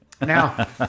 Now